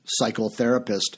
psychotherapist